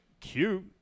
cute